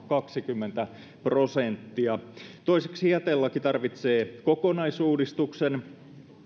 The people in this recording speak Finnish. kaksikymmentä prosenttia toiseksi jätelaki tarvitsee kokonaisuudistuksen